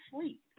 sleep